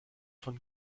von